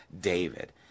David